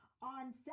On